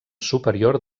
superior